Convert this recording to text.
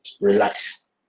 Relax